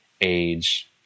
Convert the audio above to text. age